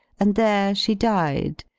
and there she died.